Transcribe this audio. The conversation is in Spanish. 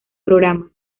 programa